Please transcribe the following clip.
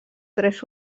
tres